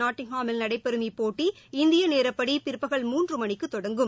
நாட்டிங்காமில் நடைபெறும் இப்போட்டி இந்திய நேரப்படி பிற்பகல் மூன்று மணிக்கு தொடங்கும்